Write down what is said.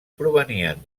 provenien